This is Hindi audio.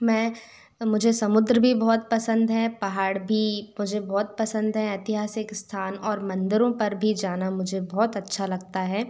मैं मुझे समुद्र भी बहुत पसंद है पहाड़ भी मुझे बहुत पसंद है ऐतिहासिक स्थान और मंदिरों पर भी जाना मुझे बहुत अच्छा लगता है